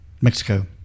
Mexico